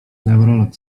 neurolog